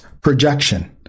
Projection